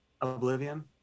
Oblivion